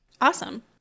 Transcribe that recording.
Awesome